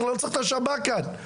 לא צריך את השב"כ כאן.